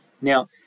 Now